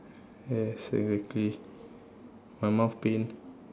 yes exactly my mouth pain